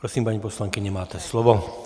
Prosím, paní poslankyně, máte slovo.